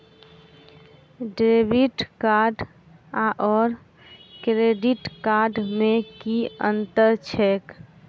Debit card आओर credit card मे की अन्तर छैक?